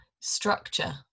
structure